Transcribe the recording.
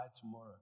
tomorrow